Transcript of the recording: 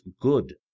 good